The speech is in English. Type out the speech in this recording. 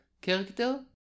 character